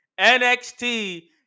NXT